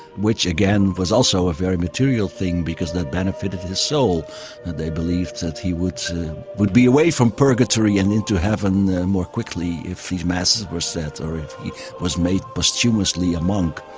which again was also a very material thing because that benefited his soul, and they believed that he would so would be away from purgatory and into heaven more quickly if these masses were said or if he was made posthumously a monk.